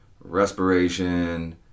Respiration